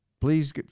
please